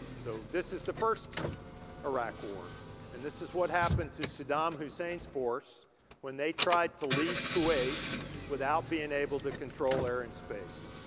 so this is the first iraq war and this is what happened to saddam hussein's force when they tried to leave kuwait without being able to control air and space.